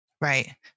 Right